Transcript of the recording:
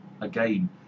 Again